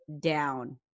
down